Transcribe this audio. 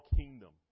kingdom